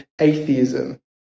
atheism